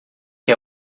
que